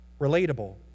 relatable